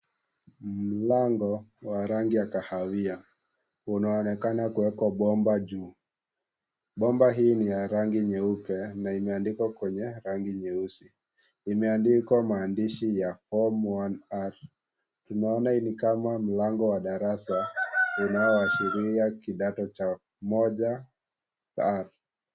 Mlango wa rangi ya kahawia. Unaonekana kuwekwa bomba juu. Bomba hii ni ya rangi nyeupe, na imeandikwa kwenye rangi nyeusi, na imeandikwa maandishi ya form 1R . Tunaona hii ni kama mlango wa darasa, unaoashiria kidato cha moja r.